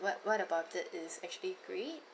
what what about it is actually great